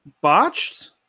botched